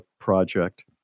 project